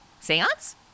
Seance